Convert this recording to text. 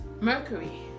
Mercury